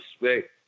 respect